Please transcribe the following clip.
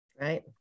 Right